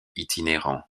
itinérant